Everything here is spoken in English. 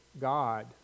God